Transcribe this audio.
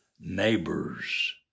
neighbors